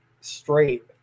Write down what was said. straight